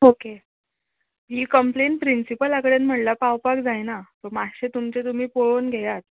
okay ही complain प्रिंसपला कडेन म्हणल्यार पावपाक जायना मातशें तुमचें तुमी पळोवन घेयात